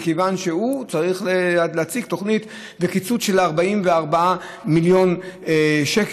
מכיוון שהוא צריך להציג תוכנית לקיצוץ של 44 מיליון שקל,